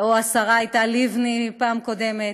השרה הייתה לבני בפעם הקודמת.